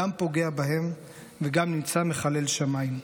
גם פוגע בהם וגם נמצא מחלל שמיים.